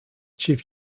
chief